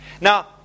Now